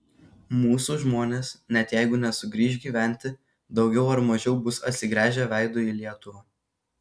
mūsų žmonės net jeigu nesugrįš gyventi daugiau ar mažiau bus atsigręžę veidu į lietuvą